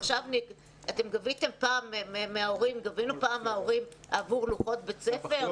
גבינו פעם מההורים עבור לוחות בית ספר?